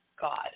God